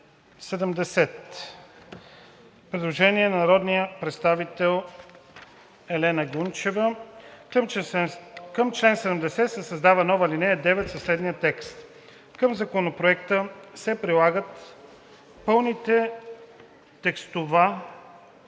предложение на народния представител Елена Гунчева: „Към чл. 70 се създава нова алинея 9 със следния текст: „Към законопроекта се прилагат пълните текстове